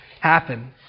happen